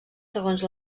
segons